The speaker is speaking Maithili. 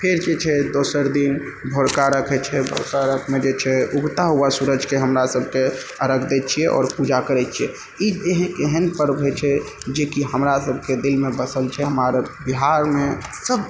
फेर जे छै दोसर दिन भोरका अर्घ्य हैय छै दोसर अर्घ्यमे जे छै उगता हुआ सूरजकेँ जे छै हमरा सबके अर्घ्य दै छियै आओर पूजा करै छियै ई एहन पर्व हैय छै जेकि हमरा सबके दिलमे बसल छै बिहारमे सब